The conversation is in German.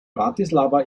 bratislava